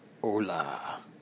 hola